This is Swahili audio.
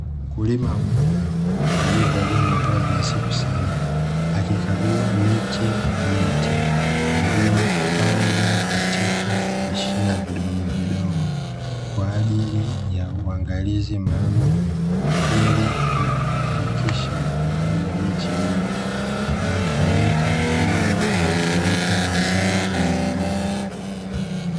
Mkulima wa mazao, aliyevalia mavazi nadhifu sana, akikagua miche ya miti iliyopandwa katika vishina vidogovidogo, kwa ajili ya uangalizi maalumu ili kuhakikisha ukuaji wa miche hiyo unafanyika vizuri na kuleta mazao yenye ubora.